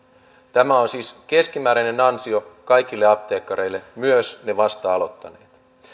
tämä on siis keskimääräinen ansio kaikille apteekkareille myös niille vasta aloittaneille